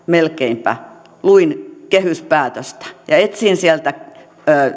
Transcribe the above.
melkeinpä suurennuslasilla luin kehyspäätöstä ja etsin sieltä